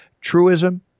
Truism